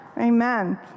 Amen